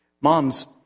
Moms